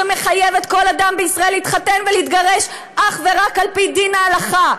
שמחייבת כל אדם בישראל להתחתן ולהתגרש אך ורק על-פי דין ההלכה,